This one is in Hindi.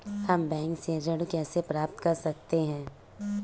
हम बैंक से ऋण कैसे प्राप्त कर सकते हैं?